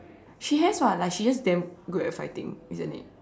she has [what] like she just damn good at fighting isn't it